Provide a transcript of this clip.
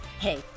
Hey